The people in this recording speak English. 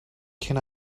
can